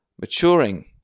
maturing